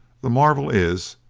the marvel is,